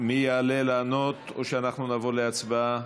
מי יעלה לענות, או שאנחנו נעבור להצבעה?